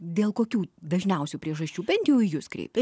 dėl kokių dažniausių priežasčių bent jau į jus kreipia